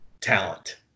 talent